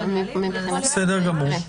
בסדר גמור.